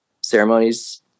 ceremonies